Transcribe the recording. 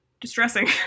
distressing